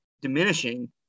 diminishing